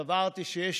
סברתי שיש